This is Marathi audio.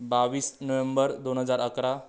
बावीस नोव्हेंबर दोन हजार अकरा